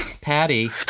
Patty